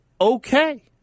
Okay